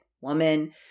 woman